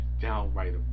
downright